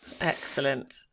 Excellent